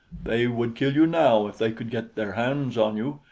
they would kill you now if they could get their hands on you,